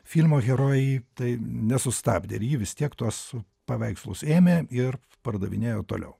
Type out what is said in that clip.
filmo herojai tai nesustabdė ir ji vis tiek tuos paveikslus ėmė ir pardavinėjo toliau